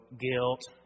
guilt